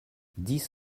dix